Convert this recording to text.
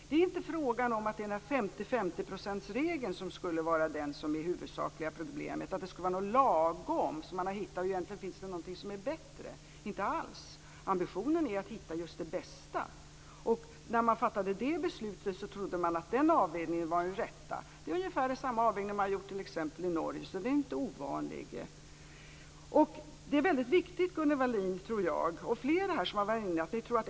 Det är inte fråga om att det är 50/50-regeln som skulle vara den som är det huvudsakliga problemet, att det skulle vara något "lagom" som man har hittat och att det egentligen finns något bättre. Inte alls. Ambitionen är att hitta just det bästa. När man fattade det beslutet trodde man att den avvägningen var den rätta. Det är ungefär samma avvägning som man har gjort t.ex. i Norge, så den är inte ovanlig. Det är väldigt viktigt, Gunnel Wallin och flera som varit inne på den frågan.